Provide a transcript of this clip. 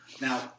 now